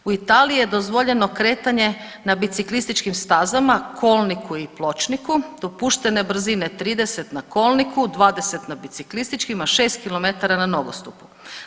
U Italiji je dozvoljeno kretanje na biciklističkim stazama, kolniku i pločniku dopuštene brzine 30 na kolniku, 20 na biciklističkim, a 6 km na nogostupu.